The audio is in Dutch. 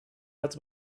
het